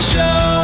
Show